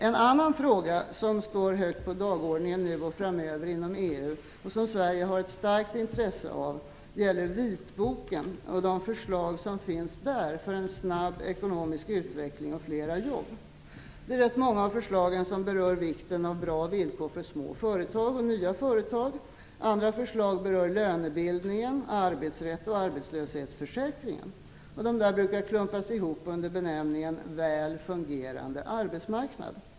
En annan fråga som står långt upp på dagordningen nu och framöver inom EU, och som Sverige har ett starkt intresse av, gäller vitboken och de förslag som finns där syftande till en snabb ekonomisk utveckling och fler jobb. Rätt många av förslagen berör vikten av bra villkor för små företag och för nya företag. Andra förslag berör lönebildningen, arbetsrätten och arbetslöshetsförsäkringen. De senare brukar klumpas ihop under benämningen en väl fungerande arbetsmarknad.